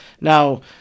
Now